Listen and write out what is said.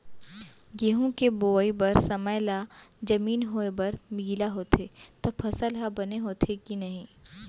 गेहूँ के बोआई बर समय ला जमीन होये बर गिला होथे त फसल ह बने होथे की नही?